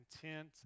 content